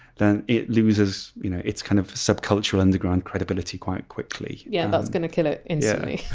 then it loses you know its kind of subcultural underground credibility quite quickly. yeah. that's gonna kill it instantly